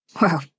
Wow